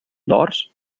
dors